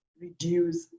reduce